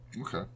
okay